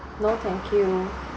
no thank you